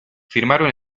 firmaron